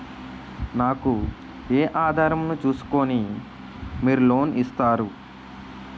నాకు ఏ ఆధారం ను చూస్కుని మీరు లోన్ ఇస్తారు?